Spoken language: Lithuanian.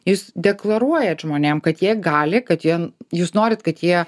jūs deklaruojat žmonėm kad jie gali kad jie jūs norit kad jie